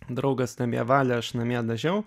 draugas namie valė aš namie dažiau